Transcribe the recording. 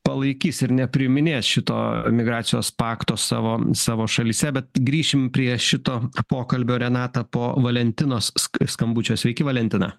palaikys ir nepriiminės šito migracijos pakto savo savo šalyse bet grįšim prie šito pokalbio renata po valentinos sk skambučio sveiki valentina